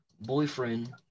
Boyfriend